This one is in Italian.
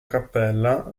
cappella